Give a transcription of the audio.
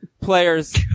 players